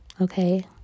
okay